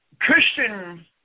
Christian